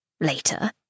Later